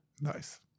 nice